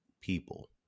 people